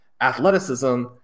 athleticism